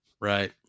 Right